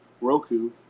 Roku